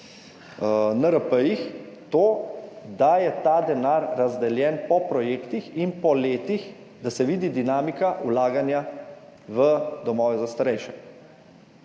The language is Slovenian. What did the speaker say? NRP-jih to, da je ta denar razdeljen po projektih in po letih, da se vidi dinamika vlaganja v domove za starejše.